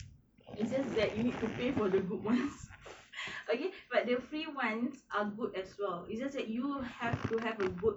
it's just that you need to pay for the good ones okay but the free ones are good as well it's just that you have to have a good